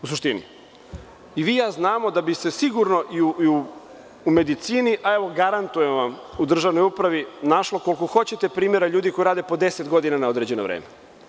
U suštini i vi i ja znamo da bi se sigurno i u medicini, a evo garantujem vam i u državnoj upravi našlo koliko hoćete primera ljudi koji rade po 10 godina na određeno vreme.